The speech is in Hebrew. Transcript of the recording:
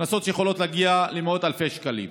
קנסות שיכולים להגיע למאות אלפי שקלים.